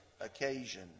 occasion